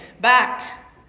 back